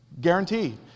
guaranteed